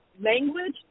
Language